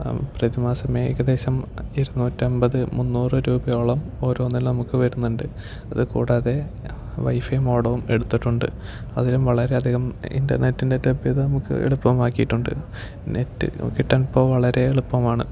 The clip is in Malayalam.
പ്രതിമാസം ഏകദേശം ഇരുനൂറ്റി അമ്പത് മുന്നൂറ് രൂപയോളം ഓരോന്നിലും നമുക്ക് വരുന്നുണ്ട് അതു കൂടാതെ വൈഫൈ മോഡവും എടുത്തിട്ടുണ്ട് അതിലും വളരെയധികം ഇൻറ്റർനെറ്റിൻ്റെ ലഭ്യത നമുക്ക് എളുപ്പമാക്കിയിട്ടുണ്ട് നെറ്റ് കിട്ടാൻ ഇപ്പോൾ വളരെ എളുപ്പമാണ്